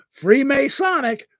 Freemasonic